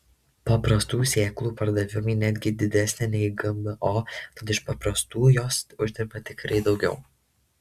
paprastų sėklų pardavimai netgi didesni nei gmo tad iš paprastų jos uždirba tikrai daugiau